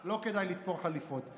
אז לא כדאי לתפור חליפות.